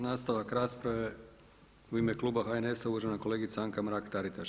Nastavak rasprave u ime kluba HNS-a uvažena kolegica Anka Mrak Taritaš.